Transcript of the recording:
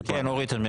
אין לא אושר.